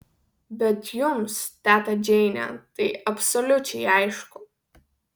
bet jums teta džeine tai absoliučiai aišku